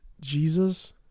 Jesus